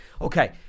Okay